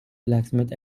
blacksmith